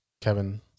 Kevin